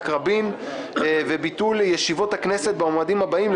רבין ז"ל וביטול ישיבות הכנסת המועדים הבאים,